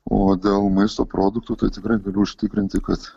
o dėl maisto produktų tai tikrai galiu užtikrinti kad